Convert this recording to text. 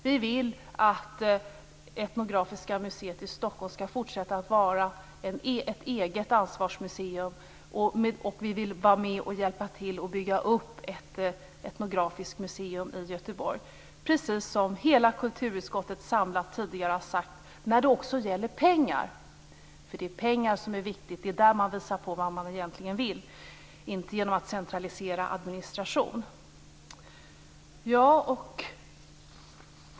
Vi vill att Folkens museum Etnografiska i Stockholm skall fortsätta att vara ett museum med eget ansvarsområde. Vi vill också vara med och hjälpa till att bygga upp ett etnografiskt museum i Göteborg - precis som hela kulturutskottet samlat tidigare har sagt - också när det gäller pengar. Det är nämligen pengarna som är det viktiga. Det är med pengar man visar vad man egentligen vill, och inte genom att centralisera administration.